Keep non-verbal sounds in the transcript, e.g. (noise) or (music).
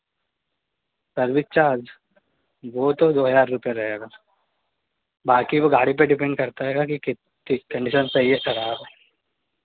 service charge वो तो दो हज़ार रुपैया रहेगा (unintelligible) बाँकी वो गाड़ी पे डिपेंड करता है कि ठीक कंडीशन सही है या खराब है